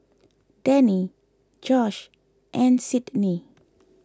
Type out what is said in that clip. Danny Josh and Sydni